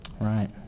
Right